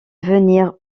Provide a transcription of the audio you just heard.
venir